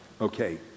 Okay